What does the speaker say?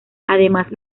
además